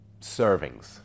servings